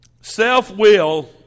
Self-will